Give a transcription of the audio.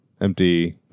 Empty